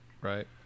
right